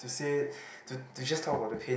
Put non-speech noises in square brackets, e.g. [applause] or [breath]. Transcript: [breath]